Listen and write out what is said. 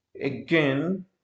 again